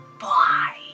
Bye